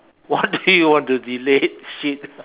what do you want to delete shit